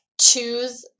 choose